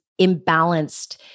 imbalanced